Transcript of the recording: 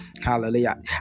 hallelujah